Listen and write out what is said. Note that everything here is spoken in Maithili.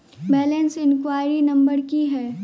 बैलेंस इंक्वायरी नंबर की है?